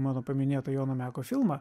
mano paminėtą jono meko filmą